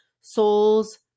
soul's